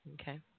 Okay